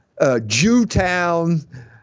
Jewtown